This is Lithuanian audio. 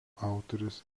autorius